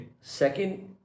Second